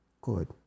Good